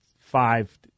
five